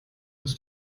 ist